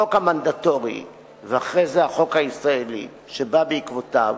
החוק המנדטורי ואחרי זה החוק הישראלי שבא בעקבותיו,